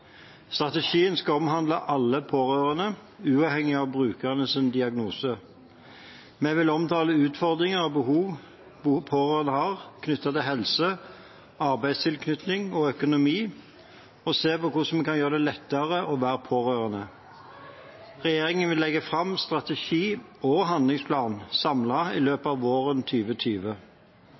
Strategien skal omhandle alle pårørende – uavhengig av brukernes diagnose. Vi vil omtale utfordringer og behov pårørende har når det gjelder helse, arbeidstilknytning og økonomi, og se på hvordan vi kan gjøre det lettere å være pårørende. Regjeringen vil legge fram strategi og handlingsplan samlet i løpet av våren